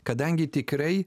kadangi tikrai